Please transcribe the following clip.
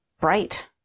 bright